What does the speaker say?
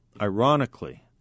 Ironically